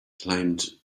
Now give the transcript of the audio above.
climbed